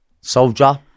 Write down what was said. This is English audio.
Soldier